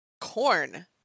corn